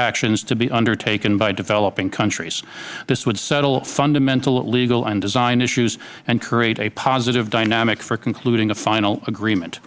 actions to be undertaken by developing countries this would settle fundamental legal and design issues and create a positive dynamic for concluding the final agreement